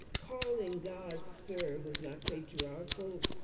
calling god sir was not patriarchal,